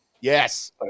Yes